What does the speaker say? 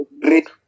great